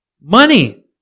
Money